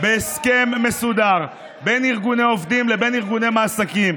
בהסכם מסודר בין ארגונים עובדים לבין ארגוני מעסיקים,